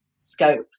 scope